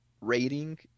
rating